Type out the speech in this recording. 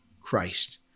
Christ